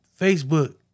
Facebook